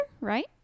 right